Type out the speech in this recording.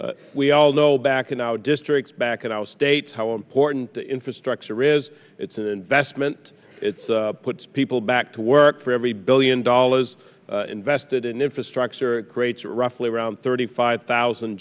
we all know back in now districts back in our states how important the infrastructure is it's an investment it's puts people back to work for every billion dollars invested in infrastructure rates roughly around thirty five thousand